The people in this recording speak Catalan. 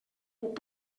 puc